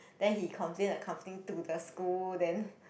then he complain the company to the school then